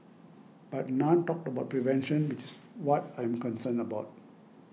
but none talked about prevention which is what I'm concerned about